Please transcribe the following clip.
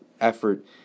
effort